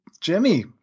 Jimmy